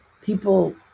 People